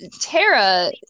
Tara